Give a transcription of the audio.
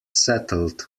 settled